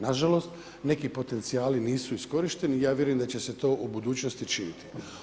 Nažalost, neki potencijali nisu iskorišteni i ja vjerujem da će se to u budućnosti činiti.